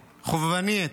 חובבנית.